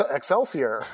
Excelsior